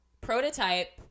prototype